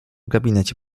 gabinecie